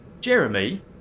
Jeremy